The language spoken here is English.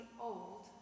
old